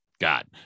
God